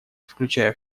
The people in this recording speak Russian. включая